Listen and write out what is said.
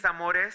amores